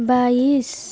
बाइस